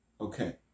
Okay